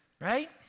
right